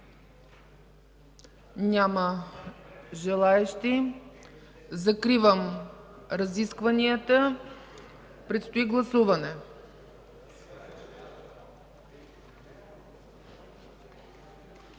Няма желаещи. Закривам разискванията, предстои гласуване.